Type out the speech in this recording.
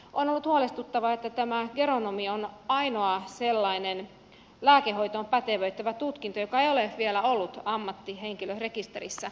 on ollut huolestuttavaa että geronomi on ainoa sellainen lääkehoitoon pätevöittävä tutkinto joka ei ole vielä ollut ammattihenkilörekisterissä